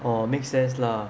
orh make sense lah